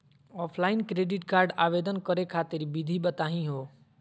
Offline credit card आवेदन करे खातिर विधि बताही हो?